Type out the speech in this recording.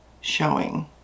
showing